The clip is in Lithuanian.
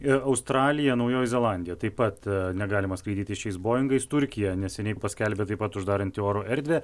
ir australija naujoji zelandija taip pat negalima skraidyti šiais boingais turkija neseniai paskelbė taip pat uždaranti oro erdvę